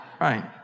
Right